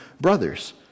brothers